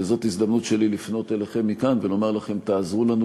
וזאת הזדמנות שלי לפנות אליכם מכאן ולומר לכם: עזרו לנו